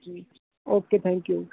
ਜੀ okay thank you